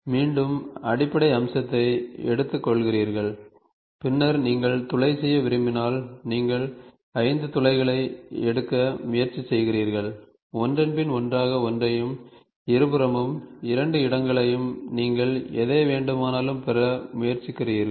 மீண்டும் அடிப்படை அம்சத்தை எடுத்துக்கொள்கிறீர்கள் பின்னர் நீங்கள் துளை செய்ய விரும்பினால் நீங்கள் 5 துளைகளை எடுக்க முயற்சி செய்கிறீர்கள் ஒன்றன்பின் ஒன்றாக ஒன்றையும் இருபுறமும் 2 இடங்களையும் நீங்கள் எதை வேண்டுமானாலும் பெற முயற்சிக்கிறீர்கள்